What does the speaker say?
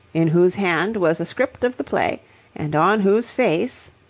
in whose hand was a script of the play and on whose face,